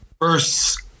first